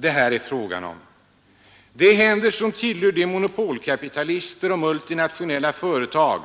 Det är händer som tillhör de monopolkapitalister och multinationella företag